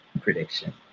prediction